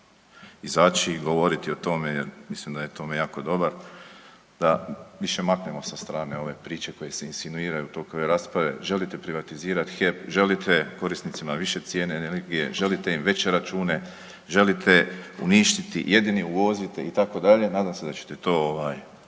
izaći i govoriti o tome jer mislim da je u tome jako dobar da više maknemo sa strane ove priče koje se insinuiraju u toku ove rasprave. Želite privatizirati HEP, želite korisnicima više cijene energije, želite im veće račune, želite uništiti, jedini uvozite itd. nadam se da ćete to vi